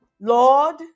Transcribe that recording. Lord